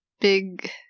Big